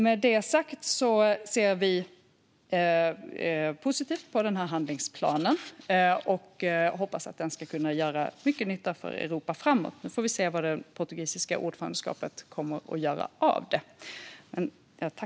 Med det sagt ser vi positivt på handlingsplanen och hoppas att den ska kunna göra mycket nytta för Europa framöver. Nu får vi se vad det portugisiska ordförandeskapet gör av detta.